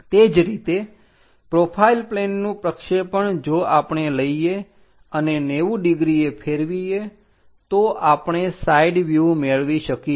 તે જ રીતે પ્રોફાઈલ પ્લેનનું પ્રક્ષેપણ જો આપણે લઈએ અને 90 ડિગ્રીએ ફેરવીએ તો આપણે સાઈડ વ્યુહ મેળવી શકીશું